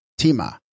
Tima